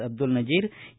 Abdul Nazeer A